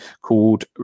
called